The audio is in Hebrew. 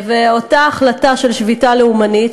אותה החלטה של שביתה לאומנית,